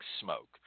smoke